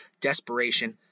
desperation